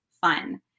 fun